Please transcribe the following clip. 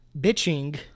bitching